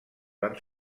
van